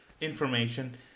information